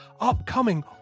upcoming